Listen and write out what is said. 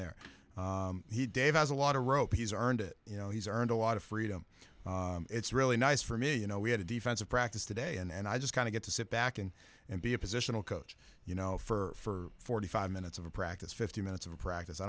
there he dave has a lot of rope he's earned it you know he's earned a lot of freedom it's really nice for me you know we had a defensive practice today and i just kind of get to sit back and and be a positional coach you know for forty five minutes of practice fifty minutes of practice i